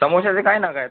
समोस्याचे काय नग आहेत